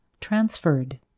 transferred